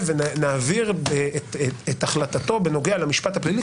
ונעביר את החלטתו בנוגע למשפט הפלילי,